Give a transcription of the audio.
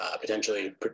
potentially